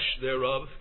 thereof